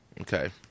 Okay